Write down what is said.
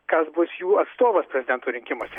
kas bus jų atstovas prezidento rinkimuose